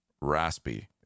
raspy